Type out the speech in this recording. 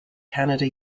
canada